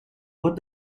what